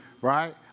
right